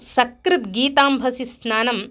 सकृद्गीताम्भसि स्नानं